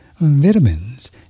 vitamins